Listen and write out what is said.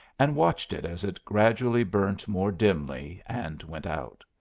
and watched it as it gradually burnt more dimly and went out.